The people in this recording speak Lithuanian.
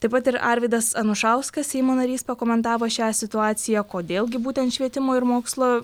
taip pat ir arvydas anušauskas seimo narys pakomentavo šią situaciją kodėl gi būtent švietimo ir mokslo